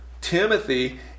Timothy